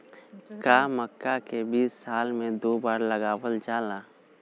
का मक्का के बीज साल में दो बार लगावल जला?